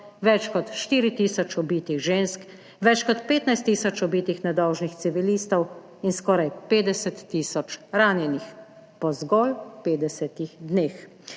več kot 4 tisoč ubitih žensk, več kot 15 tisoč ubitih nedolžnih civilistov in skoraj 50 tisoč ranjenih. Po zgolj 50 dneh.